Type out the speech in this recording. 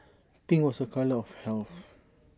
pink was A colour of health